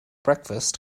breakfast